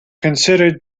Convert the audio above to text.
considered